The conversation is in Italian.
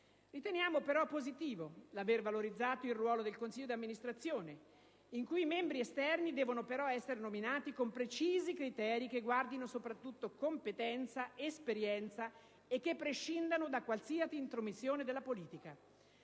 Riteniamo positivo l'aver valorizzato il ruolo del consiglio di amministrazione, in cui però i membri esterni devono essere nominati con precisi criteri che guardino soprattutto la competenza e l'esperienza e prescindano da qualsiasi intromissione della politica.